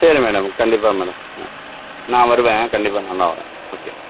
சரி மேடம் கண்டிப்பாக மேடம் ஆ நான் வருவேன் கண்டிப்பாக நான் தான் வருவேன் ஓகே